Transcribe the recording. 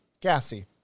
gassy